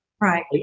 Right